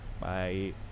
Bye